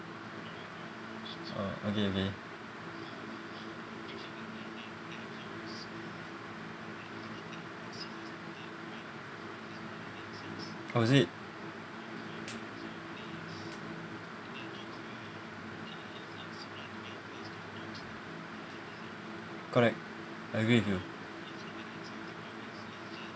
uh okay okay oh is it correct I agree with you